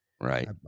Right